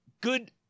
good